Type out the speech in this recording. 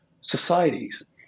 societies